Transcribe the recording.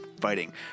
fighting